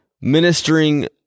ministering